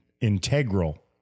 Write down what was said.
integral